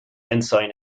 ensign